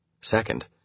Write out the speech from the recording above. Second